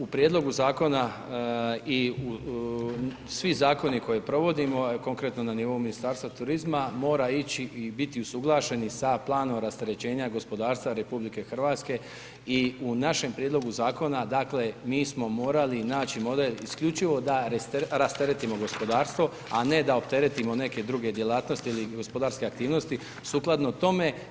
U prijedlogu zakona i svi zakoni koje provodimo, konkretno na nivou Ministarstva turizma mora ići i biti usuglašeni sa planom rasterećenja gospodarstva RH i u našem prijedlogu zakona, dakle, mi smo morali naći model isključivo da rasteretimo gospodarstvo, a ne da opteretimo neke druge djelatnosti ili gospodarske aktivnosti sukladno tome.